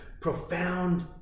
profound